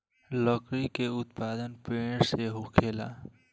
लकड़ी के उत्पति पेड़ से होखेला